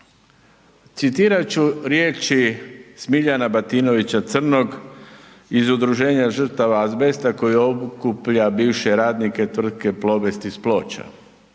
Citirat ću riječi Smiljana Batinovića Crnog iz Udruženja žrtava azbesta koji okuplja bivše radnike tvrtke Plobest iz Ploča.